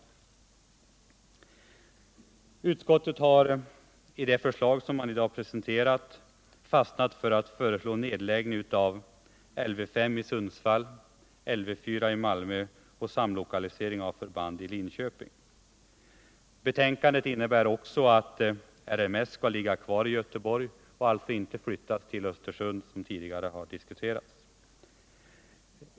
Försvarsutskottet har i det förslag som nu behandlas fastnat för att föreslå nedläggning av Lv 5 i Sundsvall och Lv 4 i Malmö samt samlokalisering av förband i Linköping. Betänkandet innebär också att RMS skall ligga kvar i Göteborg och alltså inte flyttas till Östersund som tidigare har diskuterats.